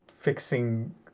fixing